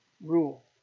rule